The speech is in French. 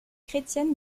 chrétienne